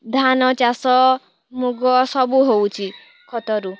ଧାନ ଚାଷ ମୁଗ ସବୁ ହେଉଛି ଖତରୁ